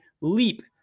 leap